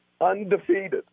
undefeated